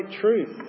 truth